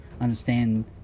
understand